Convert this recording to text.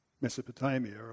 Mesopotamia